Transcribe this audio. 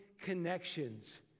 connections